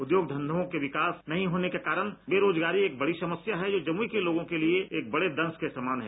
उद्योग धंधों के विकास नहीं होने के कारण बेरोजगारी एक बडी समस्या है जो जमुई के लोगों के लिए एक बडे दंश के समान है